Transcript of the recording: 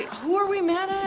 who are we mad